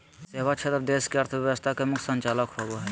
सेवा क्षेत्र देश के अर्थव्यवस्था का मुख्य संचालक होवे हइ